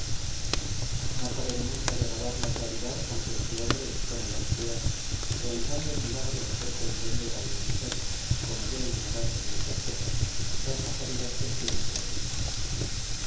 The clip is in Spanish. no acabaré nunca de alabar la claridad con que este hombre expone las ideas realizando el milagro de hacer comprender a una mujer como yo ignorante de estas cosas las más áridas cuestiones de derecho